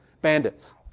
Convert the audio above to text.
Bandits